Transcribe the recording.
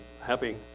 happy